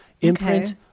imprint